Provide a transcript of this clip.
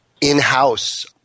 in-house